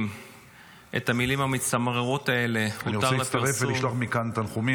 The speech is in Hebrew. אני רוצה להצטרף ולשלוח מכאן תנחומים.